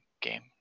game